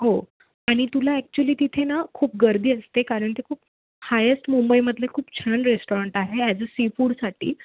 हो आणि तुला ॲक्च्युली तिथे ना खूप गर्दी असते कारण ते खूप हायेस्ट मुंबईमधले खूप छान रेस्टॉरंट आहे ॲज अ सी फूडसाठी